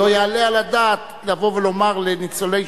לא יעלה על הדעת לבוא ולומר לניצולי